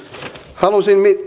halusin